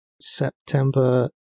September